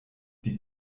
die